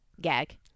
gag